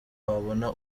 wabona